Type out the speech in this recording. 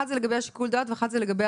האחת היא לגבי שיקול הדעת והשנייה לגבי